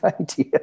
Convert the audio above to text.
idea